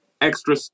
extra